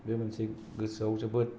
बे मोनसे गोसोयाव जोबोद